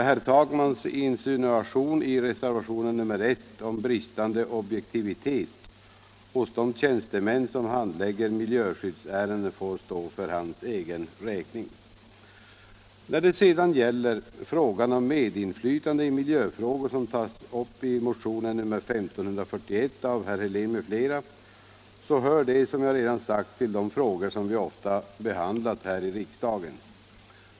Herr Takmans insinuation i reservationen 1 om bristande objektivitet hos de tjänstemän som handlägger miljöskyddsärenden får stå för hans egen räkning. När det sedan gäller frågan om medinflytande i miljöfrågor, som tagits upp i motionen 1541 av herr Helén m.fl., hör den, som jag redan sagt, till de frågor som vi ofta behandlat här i riksdagen.